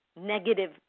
negative